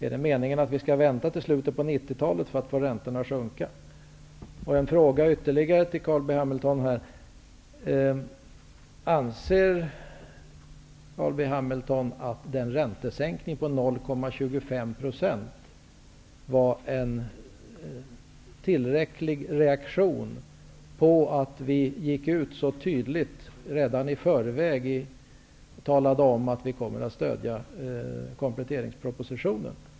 Är det meningen att vi skall vänta till slutet av 90-talet, innan vi får se räntorna sjunka? Ytterligare en fråga till Carl B Hamilton: Anser Carl B Hamilton att räntesänkningen på 0,25 % var en tillräcklig reaktion på att vi gick ut så tydligt redan i förväg och talade om att vi kommer att stödja kompletteringspropositionen?